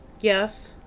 YES